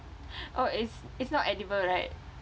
oh it's it's not edible right